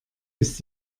ist